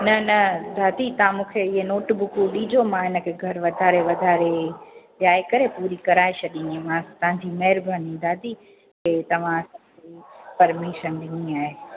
न न दादी तव्हां मूंखे ईअं नोटबुक ॾिजो मां हिन खे घरु वधारे वधारे जाए करे पूरी कराए छॾींदीमांसि तव्हांजी महिरबानी दादी हीअ तव्हां परमिशन ॾिनी आहे